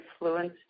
influenced